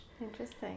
Interesting